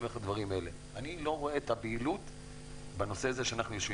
אני לא רואה את הפעילות בנושא שאנחנו יושבים